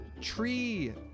tree